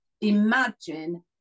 imagine